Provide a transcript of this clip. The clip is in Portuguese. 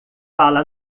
fala